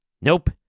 Nope